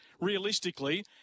realistically